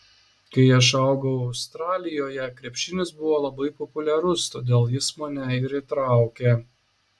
kai aš augau australijoje krepšinis buvo labai populiarus todėl jis mane ir įtraukė